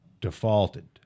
defaulted